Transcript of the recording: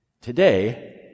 Today